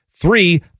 Three